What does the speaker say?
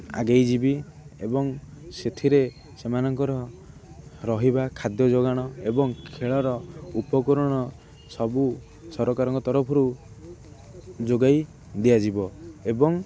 ଆଗେଇ ଯିବି ଏବଂ ସେଥିରେ ସେମାନଙ୍କର ରହିବା ଖାଦ୍ୟ ଯୋଗାଣ ଏବଂ ଖେଳର ଉପକରଣ ସବୁ ସରକାରଙ୍କ ତରଫରୁ ଯୋଗାଇ ଦିଆଯିବ ଏବଂ